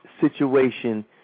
situation